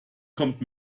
kommt